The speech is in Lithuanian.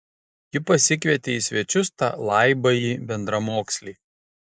ji pasikvietė į svečius tą laibąjį bendramokslį